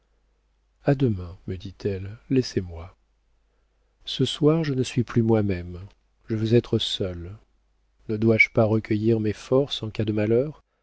a demain me dit-elle laissez-moi ce soir je ne suis plus moi-même je veux être seule ne dois-je pas recueillir mes forces en cas de malheur